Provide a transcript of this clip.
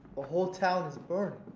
ah whole town is burning.